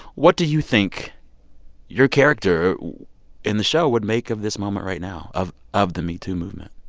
what do you think your character in the show would make of this moment right now, of of the metoo movement?